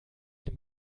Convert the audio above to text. dem